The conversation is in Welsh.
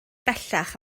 bellach